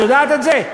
את יודעת את זה?